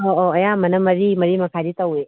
ꯑꯧ ꯑꯧ ꯑꯌꯥꯝꯕꯅ ꯃꯔꯤ ꯃꯔꯤꯃꯈꯥꯏꯗꯤ ꯇꯧꯋꯤ